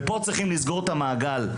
פה צריכים לסגור את המעגל,